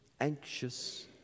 anxious